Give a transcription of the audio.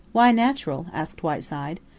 why natural? asked whiteside.